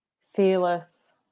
fearless